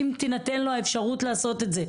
אם תינתן לו האפשרות לעשות את זה,